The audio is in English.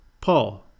Paul